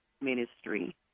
Ministry